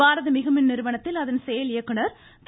பாரத மிகுமின் நிறுவனத்தில் அதன் செயல் இயக்குநர் திரு